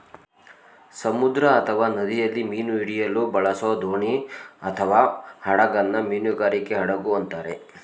ಸಮುದ್ರ ಅಥವಾ ನದಿಯಲ್ಲಿ ಮೀನು ಹಿಡಿಯಲು ಬಳಸೋದೋಣಿಅಥವಾಹಡಗನ್ನ ಮೀನುಗಾರಿಕೆ ಹಡಗು ಅಂತಾರೆ